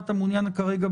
אני מסביר.